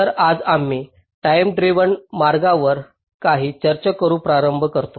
तर आज आम्ही टाईमेवर ड्रिव्हन मार्गांवर काही चर्चा करुन प्रारंभ करतो